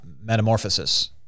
metamorphosis